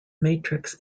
matrix